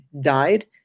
died